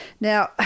Now